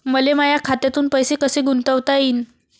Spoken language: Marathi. मले माया खात्यातून पैसे कसे गुंतवता येईन?